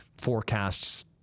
forecasts